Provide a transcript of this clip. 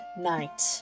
night